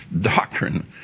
Doctrine